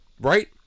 right